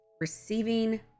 receiving